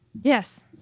Yes